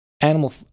Animal